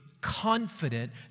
confident